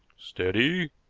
steady!